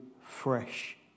fresh